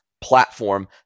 platform